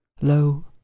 Lo